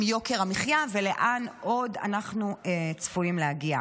יוקר המחיה ולאן עוד אנחנו צפויים להגיע.